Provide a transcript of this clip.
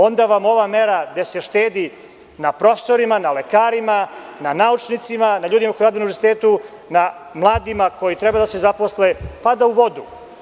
Onda vam ova mera gde se štedi na profesorima, na lekarima, na naučnicima, na ljudima koji rade na univerzitetu, na mladima koji treba da se zaposle pada u vodu.